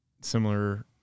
similar